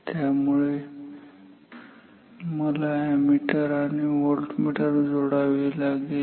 त्यामुळे मला अॅमीटर आणि व्होल्टमीटर जोडावे लागेल